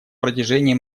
протяжении